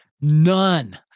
None